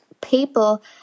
people